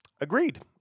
Agreed